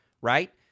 right